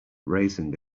raising